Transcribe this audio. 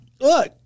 look